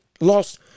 lost